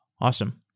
Awesome